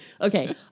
Okay